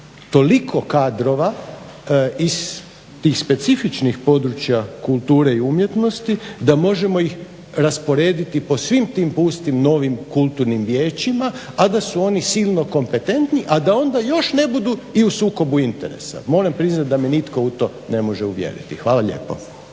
toliko kadrova iz tih specifičnih područja kulture i umjetnosti da možemo ih rasporediti po svim tim pustim novim kulturnim vijećima, a da su oni silno kompetentni, a da onda još ne budu i u sukobu interesa? Moram priznati da me nitko u to ne može uvjeriti. Hvala lijepo.